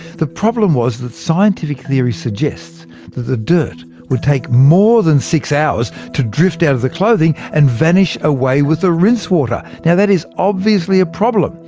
the problem was that scientific theory suggests the the dirt would take more than six hours to drift out of the clothing and vanish away with the rinse water. now that is obviously a problem,